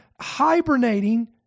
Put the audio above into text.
hibernating